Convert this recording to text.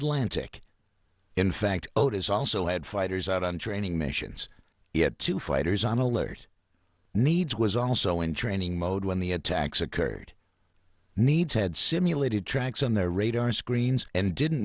atlantic in fact otis also had fighters out on training missions yet two fighters on alert needs was also in training mode when the attacks occurred needs had simulated tracks on their radar screens and didn't